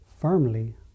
firmly